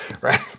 Right